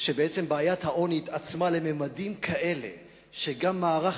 בעיית העוני התעצמה לממדים כאלה שגם המערך